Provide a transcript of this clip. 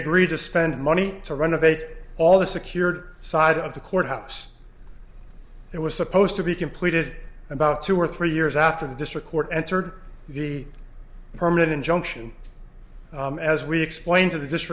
agreed to spend money to renovate all the secured side of the courthouse it was supposed to be completed about two or three years after the district court entered the permanent injunction as we explain